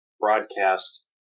broadcast